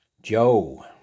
Joe